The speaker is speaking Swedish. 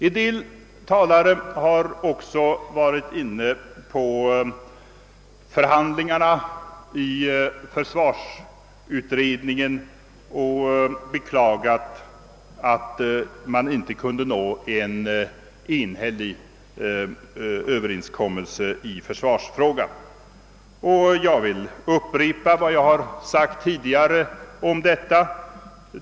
En del talare har varit inne på frågan om förhandlingarna i försvarsutredningen och beklagat, att man inte kunde uppnå en överenskommelse i försvarsfrågan. Jag vill upprepa vad jag har sagt tidigare om detta.